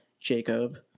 Jacob